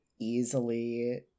easily